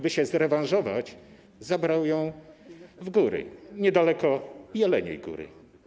By się zrewanżować, zabrał ją w góry, niedaleko Jeleniej Góry.